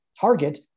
Target